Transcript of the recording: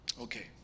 Okay